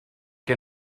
que